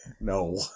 No